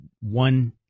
one